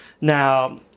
Now